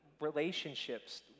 relationships